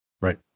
Right